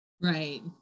Right